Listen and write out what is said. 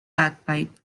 bagpipe